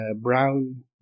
brown